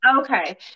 Okay